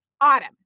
Autumn